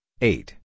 eight